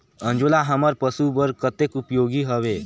अंजोला हमर पशु बर कतेक उपयोगी हवे?